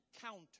counter